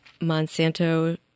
Monsanto